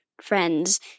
friends